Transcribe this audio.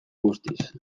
guztiz